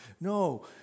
No